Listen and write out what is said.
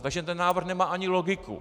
Takže návrh nemá ani logiku.